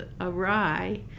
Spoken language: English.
awry